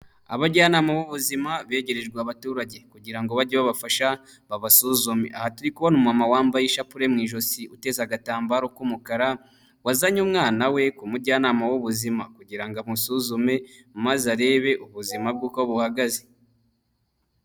Abajyanama b'ubuzima begerejwe abaturage kugira ngo bajye babafasha babasuzume. Aha turi kubona umumama wambaye ishapure mu ijosi, uteza agatambaro k'umukara, wazanye umwana we ku mujyanama w'ubuzima kugira ngo amusuzume, maze arebe ubuzima bwe uko buhagaze.